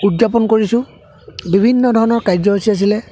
উদযাপন কৰিছোঁ বিভিন্ন ধৰণৰ কাৰ্যসূচী আছিলে